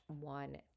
one